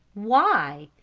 why?